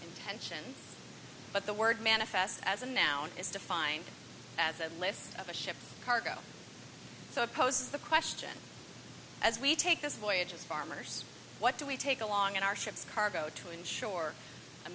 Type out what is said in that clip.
intention but the word manifest as a noun is defined as a list of a ship cargo so oppose the question as we take this voyage as farmers what do we take along in our ships cargo to ensure a